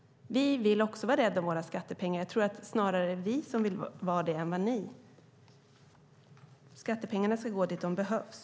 Vi vill också vara rädda om våra skattepengar. Jag tror snarare att det är vi som vill vara det än ni. Skattepengarna ska gå dit de behövs.